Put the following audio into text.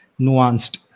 nuanced